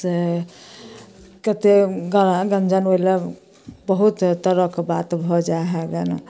से कतेक गारा गञ्जन ओहिलए बहुत तरहके बात भऽ जाइ हइ गेन